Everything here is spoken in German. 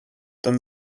dann